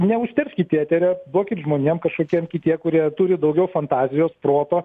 neužterškit eterio duokit žmonėm kažkokiem kitie kurie turi daugiau fantazijos proto